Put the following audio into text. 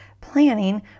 planning